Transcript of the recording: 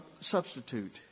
substitute